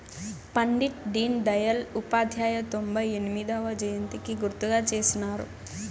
పండిట్ డీన్ దయల్ ఉపాధ్యాయ తొంభై ఎనిమొదవ జయంతికి గుర్తుగా చేసినారు